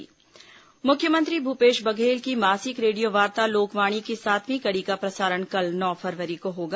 लोकवाणी मुख्यमंत्री भूपेश बघेल की मासिक रेडियोवार्ता लोकवाणी की सातवी कड़ी का प्रसारण कल नौ फरवरी को होगा